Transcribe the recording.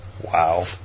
Wow